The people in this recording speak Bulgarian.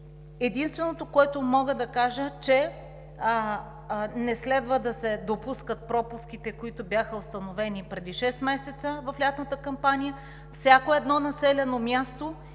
Единственото, което мога да кажа, че не следва да се допускат пропуските, които бяха установени преди шест месеца в лятната кампания. Всяко едно населено място